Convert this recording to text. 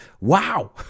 wow